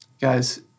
Guys